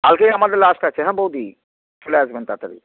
কালকেই আমাদের লাস্ট আছে হ্যাঁ বৌ দিই চলে আসবেন তাড়াতাড়ি